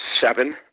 seven